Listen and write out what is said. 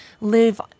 live